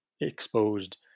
exposed